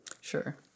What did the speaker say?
Sure